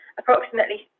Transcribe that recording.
approximately